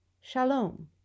shalom